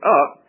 up